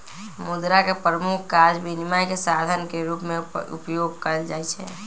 मुद्रा के प्रमुख काज विनिमय के साधन के रूप में उपयोग कयल जाइ छै